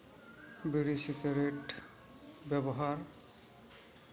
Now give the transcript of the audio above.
ᱵᱤᱲᱤ cigarette ᱵᱮᱵᱚᱦᱟᱨ